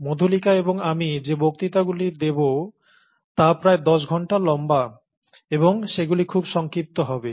মধুলিকা এবং আমি যে বক্তৃতাগুলি দেব তা প্রায় দশ ঘন্টা লম্বা এবং সেগুলি খুব সংক্ষিপ্ত হবে